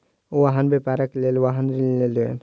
ओ वाहन व्यापारक लेल वाहन ऋण लेलैन